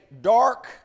dark